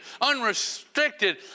unrestricted